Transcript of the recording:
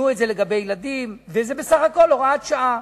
שינו את זה לגבי ילדים, וזה בסך הכול הוראת שעה.